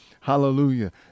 Hallelujah